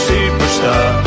Superstar